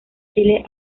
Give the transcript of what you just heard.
chile